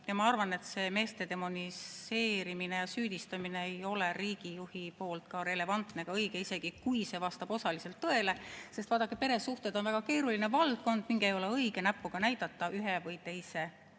Ma arvan, et see meeste demoniseerimine ja süüdistamine ei ole riigijuhi poolt ka relevantne ega õige, isegi kui see vastab osaliselt tõele. Sest vaadake, peresuhted on väga keeruline valdkond ning ei ole õige näpuga näidata ühe või teise